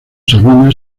sabina